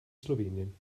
slowenien